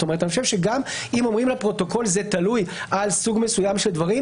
גם אם אומרים לפרוטוקול: זה תלוי על סוג מסוים של דברים,